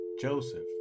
Joseph